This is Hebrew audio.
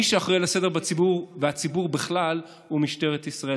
מי שאחראי לסדר בציבור והציבור בכלל הוא משטרת ישראל,